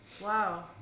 Wow